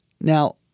Now